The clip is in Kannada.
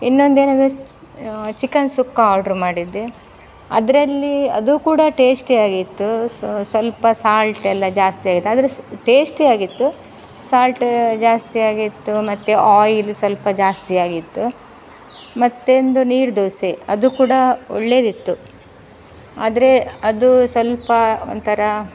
ಇನ್ನೊಂದೇನಂದರೆ ಚಿಕನ್ ಸುಕ್ಕ ಆರ್ಡ್ರು ಮಾಡಿದ್ದೆ ಅದರಲ್ಲಿ ಅದು ಕೂಡ ಟೇಸ್ಟಿ ಆಗಿತ್ತು ಸ್ವಲ್ಪ ಸಾಲ್ಟ್ ಎಲ್ಲ ಜಾಸ್ತಿ ಆಗಿತ್ತು ಆದರೆ ಟೇಸ್ಟಿಯಾಗಿತ್ತು ಸಾಲ್ಟ್ ಜಾಸ್ತಿಯಾಗಿತ್ತು ಮತ್ತು ಆಯಿಲ್ ಸಲ್ಪ ಜಾಸ್ತಿ ಆಗಿತ್ತು ಮತ್ತೊಂದು ನೀರು ದೋಸೆ ಅದು ಕೂಡ ಒಳ್ಳೆದಿತ್ತು ಆದರೆ ಅದು ಸ್ವಲ್ಪ ಒಂಥರ